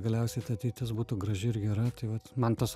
galiausiai ta ateitis būtų graži ir gera tai vat man tas